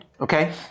okay